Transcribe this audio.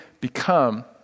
become